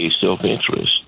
self-interest